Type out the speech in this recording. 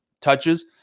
touches